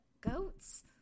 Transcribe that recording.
goats